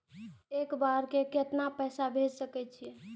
एक बार में केतना पैसा भेज सके छी?